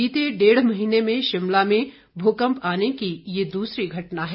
बीते डेढ महीने में शिमला में भूकंप आने की यह दूसरी घटना है